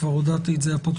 כבר הודעתי על כך לפרוטוקול.